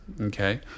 okay